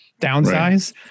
downsize